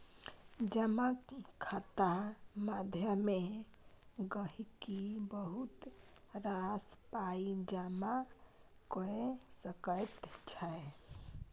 जमा खाता माध्यमे गहिंकी बहुत रास पाइ जमा कए सकै छै